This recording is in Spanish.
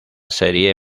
serie